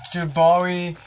Jabari